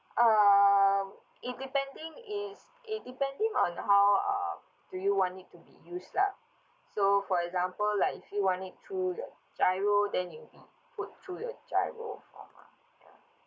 um it depending is it depending on the how uh do you want it to be use lah so for example like if you want it through your GIRO then it'll be put through your GIRO form ah ya